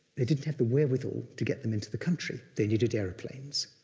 they didn't have the wherewithal to get them into the country. they needed airplanes.